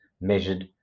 measured